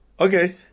Okay